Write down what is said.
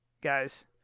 guys